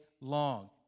long